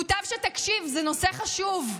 מוטב שתקשיב, זה נושא חשוב.